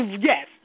Yes